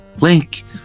Link